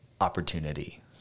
opportunity